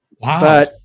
Wow